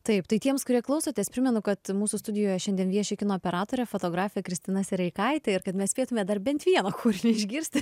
taip tai tiems kurie klausotės primenu kad mūsų studijoje šiandien vieši kino operatorė fotografė kristina sereikaitė ir kad mes spėtume dar bent vieną kūrinį išgirsti